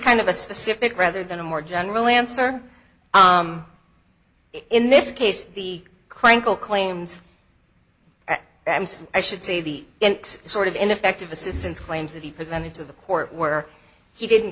kind of a specific rather than a more general answer in this case the crank all claims i should say the sort of ineffective assistance claims that he presented to the court where he didn't